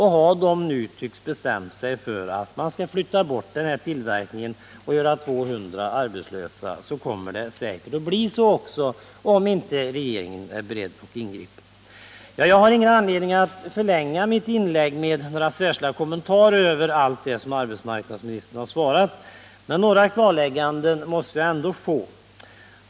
Har den nu bestämt sig för att flytta bort den här tillverkningen och göra 200 arbetslösa, kommer det säkert också att bli så, om inte regeringen är beredd att ingripa. Jag har ingen anledning att förlänga mitt inlägg med några särskilda kommentarer till allt det som arbetsmarknadsministern har sagt i sitt svar, men några klarlägganden måste jag ändå få.